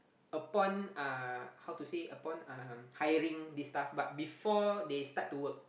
upon uh how to say upon um hiring this staff but before they start to work